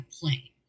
play